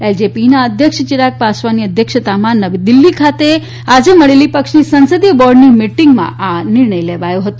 એલજેપીના અધ્યક્ષ ચિરાગ પાસવાનની અધ્યક્ષતામાં નવી દિલ્હી ખાતે મળેલી પક્ષની સંસદીય બોર્ડની મીટીંગમાં આ નિર્ણય લેવાયો હતો